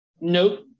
Nope